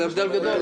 זה הבדל גדול.